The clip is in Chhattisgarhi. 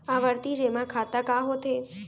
आवर्ती जेमा खाता का होथे?